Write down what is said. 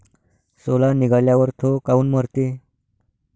सोला निघाल्यावर थो काऊन मरते?